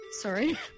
Sorry